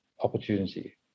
opportunity